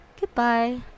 goodbye